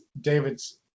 David's